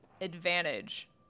advantage